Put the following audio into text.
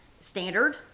standard